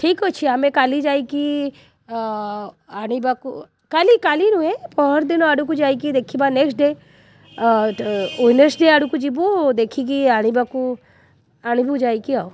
ଠିକ୍ ଅଛି ଆମେ କାଲି ଯାଇକି ଆଣିବାକୁ କାଲି କାଲି ନୁହେଁ ପଅରଦିନ ଆଡ଼କୁ ଯାଇକି ଦେଖିବା ନେକ୍ସଟ୍ ଡେ ୱେଡ଼ନେସ୍ ଡେ ଆଡ଼କୁ ଯିବୁ ଦେଖିକି ଆଣିବାକୁ ଆଣିବୁ ଯାଇକି ଆଉ